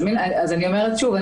אני אומרת שוב.